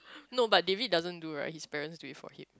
no but David doesn't do right his parents do it for him